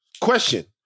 question